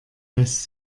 lässt